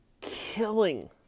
killing